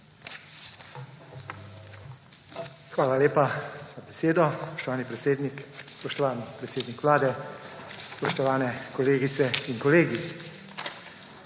Hvala lepa za besedo, spoštovani predsednik. Spoštovani predsednik Vlade, spoštovani kolegice in kolegi!